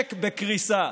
המשק בקריסה,